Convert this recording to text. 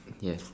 yes